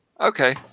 okay